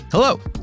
Hello